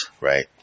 Right